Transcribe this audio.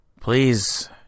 please